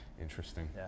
Interesting